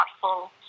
thoughtful